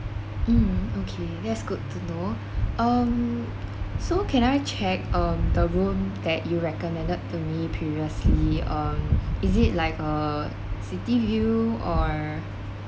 mm okay yes good to know um so can I check um the room that you recommended to me previously um is it like a city view or